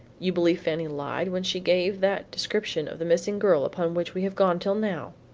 you believed fanny lied when she gave that description of the missing girl upon which we have gone till now?